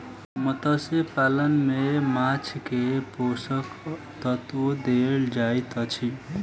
मत्स्य पालन में माँछ के पोषक तत्व देल जाइत अछि